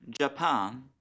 Japan